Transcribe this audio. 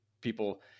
people